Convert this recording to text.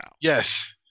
Yes